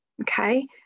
okay